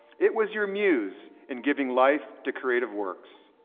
it was your muse in giving life to creative works.